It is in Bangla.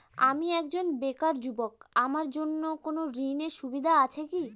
আমি একজন বেকার যুবক আমার জন্য কোন ঋণের সুবিধা আছে কি?